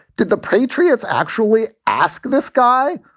did the patriots actually ask this guy,